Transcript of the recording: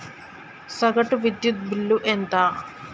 సగటు విద్యుత్ బిల్లు ఎంత?